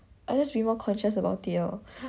I just be more conscious about it lor